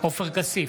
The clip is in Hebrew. עופר כסיף,